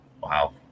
Wow